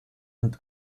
und